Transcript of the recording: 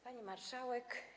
Pani Marszałek!